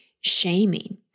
shaming